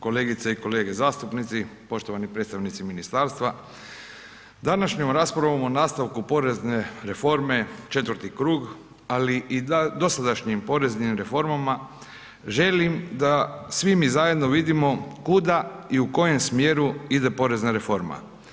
Kolegice i kolege zastupnici, poštovani predstavnici ministarstva, današnjom raspravom o nastavku porezne reforme, četvrti krug, ali i dosadašnjim poreznim reforma želim da svi mi zajedno vidimo kuda i u kojem smjeru ide porezna reforma.